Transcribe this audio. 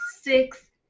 six